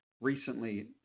recently